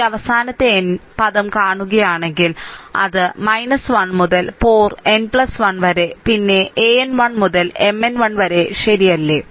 ഈ അവസാനത്തെ n ത് പദo കാണുകയാണെങ്കിൽ അത് 1 മുതൽ പോർ n 1 വരെ പിന്നെ an 1 മുതൽ Mn 1 വരെ ശരിയല്ലേ